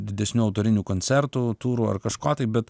didesnių autorinių koncertų turų ar kažko tai bet